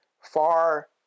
far